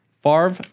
Favre